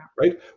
Right